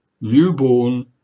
newborn